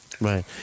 Right